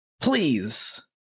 Please